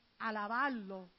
alabarlo